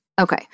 Okay